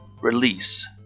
release